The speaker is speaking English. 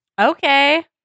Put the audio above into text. Okay